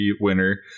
winner